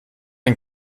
ein